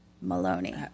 Maloney